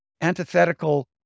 antithetical